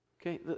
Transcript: Okay